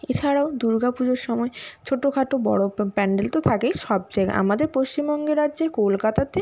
এছাড়াও দুর্গা পুজোর সময় ছোটো খাটো বড়ো প্যান্ডেল তো থাকেই সব জায়গা আমাদের পশ্চিমবঙ্গে রাজ্যে কলকাতাতে